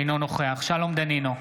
אינו נוכח שלום דנינו,